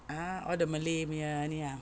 ah all the Malay punya ni ah